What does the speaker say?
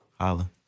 Holla